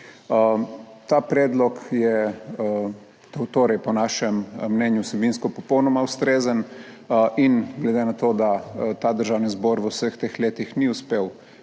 Ta predlog je torej po našem mnenju vsebinsko popolnoma ustrezen in glede na to, da ta Državni zbor v vseh teh letih ni uspel